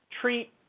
treat